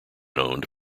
owned